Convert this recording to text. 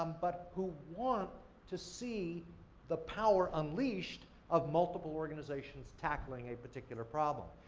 um but who want to see the power unleashed of multiple organizations tackling a particular problem.